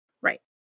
Right